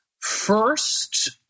first